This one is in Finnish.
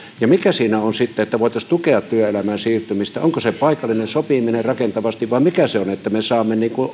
ja mikä se on sitten millä voitaisiin tukea työelämään siirtymistä onko se paikallinen sopiminen rakentavasti vai mikä se on että me saamme